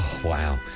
Wow